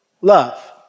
Love